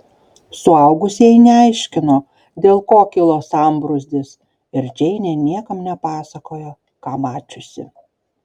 suaugusieji neaiškino dėl ko kilo sambrūzdis ir džeinė niekam nepasakojo ką mačiusi